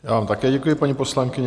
Já vám také děkuji, paní poslankyně.